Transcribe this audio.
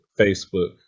Facebook